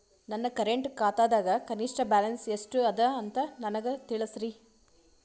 ನನ್ನ ಕರೆಂಟ್ ಖಾತಾದಾಗ ಕನಿಷ್ಠ ಬ್ಯಾಲೆನ್ಸ್ ಎಷ್ಟು ಅದ ಅಂತ ನನಗ ತಿಳಸ್ರಿ